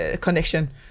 connection